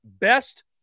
best